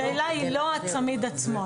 השאלה היא לא הצמיד עצמו.